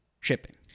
shipping